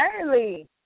early